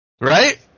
Right